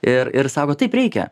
ir ir sako taip reikia